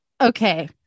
Okay